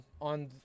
on